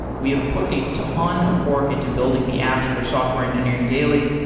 we have put a ton of work into building the apps for software engineering daily.